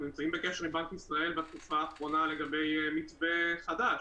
אנחנו נמצאים בקשר עם בנק ישראל בתקופה האחרונה לגבי מתווה חדש.